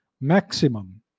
maximum